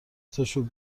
تاشو